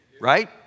right